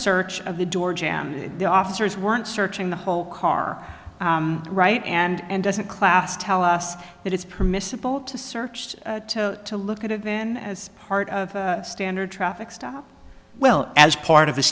search of the door jam the officers weren't searching the whole car right and doesn't class tell us that it's permissible to search to to look at a van as part of a standard traffic stop well as part of a